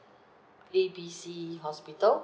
A B C hospital